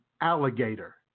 alligator